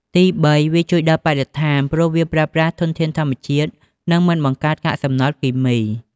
ទីបី វាជួយដល់បរិស្ថាន ព្រោះវាប្រើប្រាស់ធនធានធម្មជាតិ និងមិនបង្កើតកាកសំណល់គីមី។